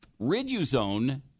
Riduzone